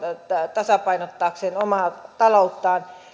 tasapainottaakseen omaa talouttaan